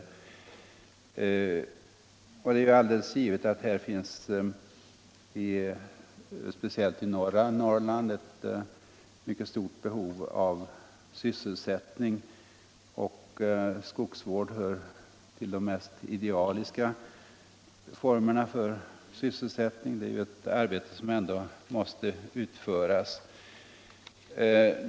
Det är dessutom alldeles klart att det speciellt i norra Norrland föreligger ett mycket stort behov av sysselsättning, och skogsvård hör till de mest idealiska formerna av sysselsättning. Det är ju ett i hög grad produktivt arbete som ändå måste utföras.